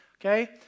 Okay